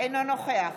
אינו נוכח